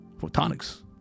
photonics